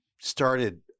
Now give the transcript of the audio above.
started